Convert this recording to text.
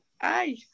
Hi